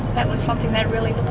that was something they really